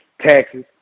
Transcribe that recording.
taxes